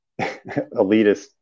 elitist